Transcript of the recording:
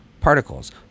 particles